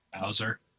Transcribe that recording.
Bowser